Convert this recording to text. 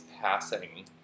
passing